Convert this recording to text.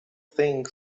thing